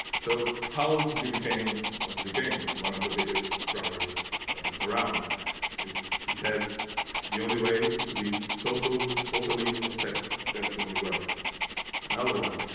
so how did you became what you became one of the biggest drummers around if he said the only way is to be total totally obsessed best the only way another one